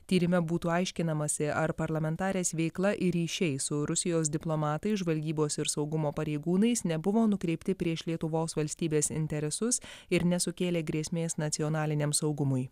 tyrime būtų aiškinamasi ar parlamentarės veikla ir ryšiai su rusijos diplomatais žvalgybos ir saugumo pareigūnais nebuvo nukreipti prieš lietuvos valstybės interesus ir nesukėlė grėsmės nacionaliniam saugumui